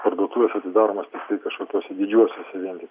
parduotuvės atidaromas tiktai kažkokiuose didžiuosiuose vien tik